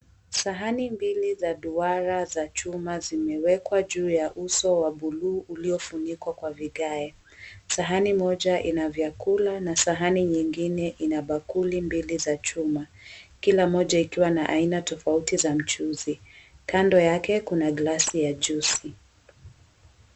Sahani mbili za duara za chuma zimewekwa ju ya uso wa bluu uliofunikwa kwa vigae, sahani moja ina vyakula na sahani nyingine ina bakuli mbili za chuma kila mmoja ikiwa na aina tofauti za mchuzi kando yake kuna glasi ya juisi.